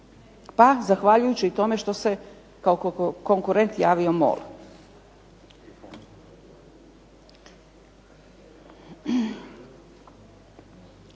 Pa zahvaljujući tome što se kao konkurent javio MOL.